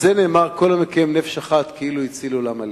על זה נאמר: כל המקיים נפש אחת כאילו הציל עולם מלא.